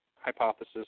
hypothesis